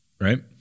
right